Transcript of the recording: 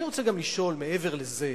אני רוצה גם לשאול, מעבר לזה,